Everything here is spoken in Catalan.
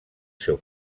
seu